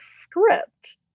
script